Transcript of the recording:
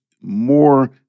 more